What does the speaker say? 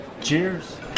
Cheers